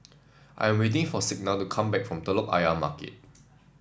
I am waiting for Signa to come back from Telok Ayer Market